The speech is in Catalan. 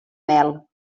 mel